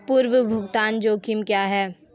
पूर्व भुगतान जोखिम क्या हैं?